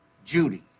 judy.